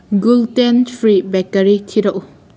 gluten free bakery ꯊꯤꯔꯛꯎ